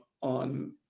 on